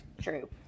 true